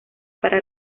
para